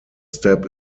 step